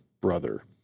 brother